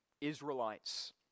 Israelites